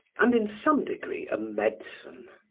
and in some degree a medicine.